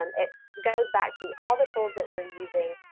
um it goes back to all the tools that we're using,